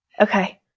Okay